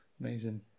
Amazing